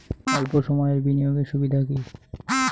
অল্প সময়ের বিনিয়োগ এর সুবিধা কি?